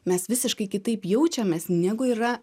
mes visiškai kitaip jaučiamės negu yra